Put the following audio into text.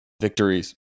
victories